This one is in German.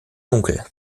dunkel